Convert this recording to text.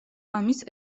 ამის